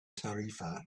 tarifa